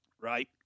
right